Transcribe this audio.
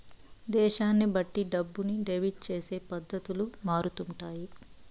దేశాన్ని బట్టి డబ్బుని డెబిట్ చేసే పద్ధతులు మారుతుంటాయి